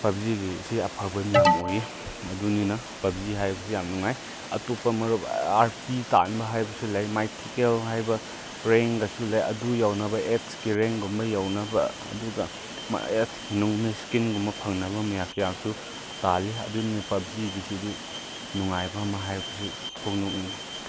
ꯄꯞꯖꯤꯒꯤꯁꯤ ꯑꯐꯕ ꯌꯥꯝ ꯑꯣꯏꯌꯦ ꯑꯗꯨꯅꯤꯅ ꯄꯞꯖꯤ ꯍꯥꯏꯕꯁꯦ ꯌꯥꯝ ꯅꯨꯡꯉꯥꯏ ꯑꯇꯣꯞꯄ ꯃꯔꯨꯞ ꯑꯥꯔ ꯄꯤ ꯇꯥꯟꯕ ꯍꯥꯏꯕꯁꯦ ꯂꯩ ꯃꯥꯏꯊꯤꯀꯦꯜ ꯍꯥꯏꯅ ꯔꯦꯡꯒꯁꯨ ꯂꯩ ꯑꯗꯨ ꯌꯧꯅꯕ ꯑꯦꯠꯁꯀꯤ ꯔꯦꯡꯒꯨꯝꯕ ꯌꯧꯅꯕ ꯑꯗꯨꯒ ꯑꯦꯠꯁꯀꯤ ꯅꯣꯡꯃꯩ ꯏꯁꯀꯤꯟꯒꯨꯝꯕ ꯐꯪꯅꯕ ꯃꯌꯥꯝ ꯀꯌꯥꯁꯨ ꯇꯥꯜꯂꯤ ꯑꯗꯨꯅꯤ ꯄꯞꯖꯤꯒꯤꯁꯤꯗꯤ ꯅꯨꯡꯉꯥꯏꯕ ꯑꯃ ꯍꯥꯏꯕꯁꯨ ꯐꯣꯡꯗꯣꯛꯅꯤꯡꯉꯤ